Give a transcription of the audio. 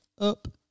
up